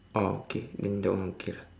oh okay then that one okay ah